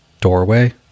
doorway